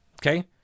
okay